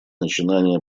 начинания